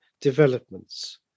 developments